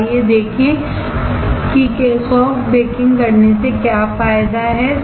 तो आइए देखें कि सॉफ्ट बेकिंग करने से क्या फायदा है